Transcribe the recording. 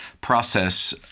process